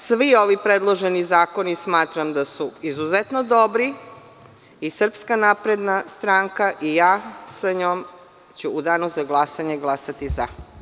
Svi ovi predloženi zakoni smatram da su izuzetno dobri i Srpska napredna stranka i ja sa njom ću u danu za glasanje glasati za.